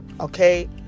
Okay